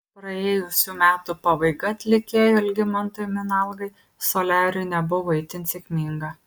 praėjusių metų pabaiga atlikėjui algimantui minalgai soliariui nebuvo itin sėkminga